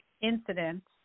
incidents